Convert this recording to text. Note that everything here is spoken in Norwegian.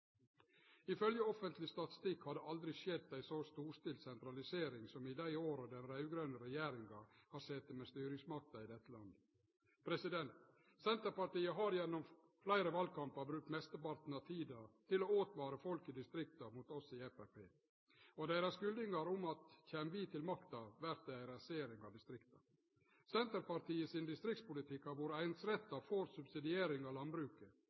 Ifølgje offentleg statistikk har det aldri skjedd ei så storstilt sentralisering som i dei åra den raud-grøne regjeringa har sete med styringsmakta i dette landet. Senterpartiet har gjennom fleire valkampar brukt mesteparten av tida til å åtvare folk i distrikta mot oss i Framstegspartiet, og kome med skuldingar om at kjem vi til makta, vert det ei rasering av distrikta. Senterpartiet sin distriktspolitikk har vore einsretta for subsidiering av landbruket.